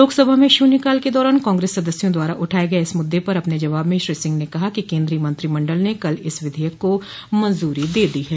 लोकसभा में शून्यकाल के दौरान कांग्रेस सदस्यों द्वारा उठाए गए इस मुद्दे पर अपने जवाब में श्री सिंह ने कहा कि केंद्रीय मंत्रिमंडल ने कल इस विधेयक को मंजूरी दे दी है